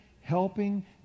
helping